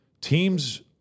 teams